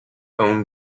own